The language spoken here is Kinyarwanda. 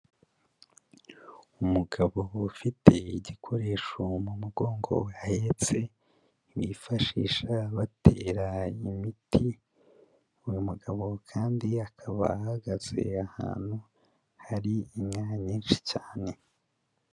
Umugabo ufite igikoresho mu mugongo wahetse bifashisha batera imiti, uyu mugabo kandi akaba ahagaze ahantu hari inka nyinshi cyane.